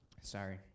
Sorry